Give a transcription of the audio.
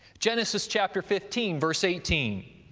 genesis, chapter fifteen, verse eighteen.